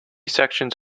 sections